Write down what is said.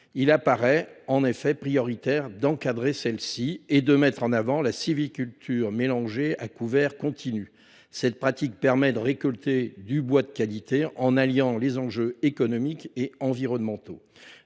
il apparaît en effet prioritaire d’encadrer les coupes rases et de mettre en avant la sylviculture mélangée à couvert continu. Cette pratique permet de récolter du bois de qualité en alliant les enjeux économiques et environnementaux.